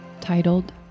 titled